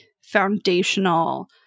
foundational